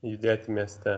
judėti mieste